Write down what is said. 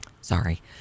Sorry